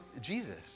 Jesus